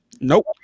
Nope